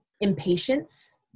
impatience